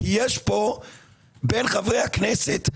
כי יש פה בין חברי הכנסת,